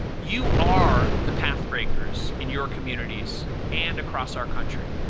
you are the path breakers in your communities and across our country.